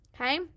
okay